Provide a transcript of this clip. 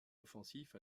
offensif